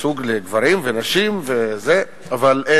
אומנם יש ייצוג לגברים ונשים, וזה חשוב,